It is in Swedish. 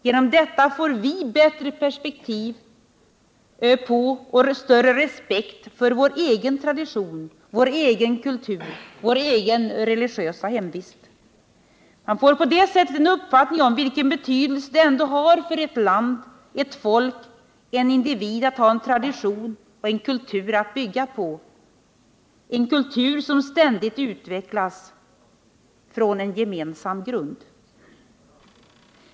Genom detta får vi bättre perspektiv på och också större respekt för vår egen tradition, vår egen kultur, vår egen religiösa hemvist. Man får på det sättet en uppfattning om vilken betydelse det ändå har för ett land, ett folk, en individ att ha en tradition och en kultur att bygga på, en kultur som ständigt utvecklas från en gemensam grund.